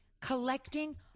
collecting